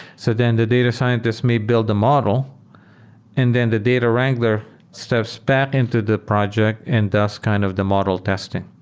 so then the data scientist may build a model and then the data wrangler steps back into the project and does kind of the model testing,